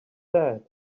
that